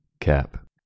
Cap